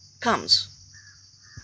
comes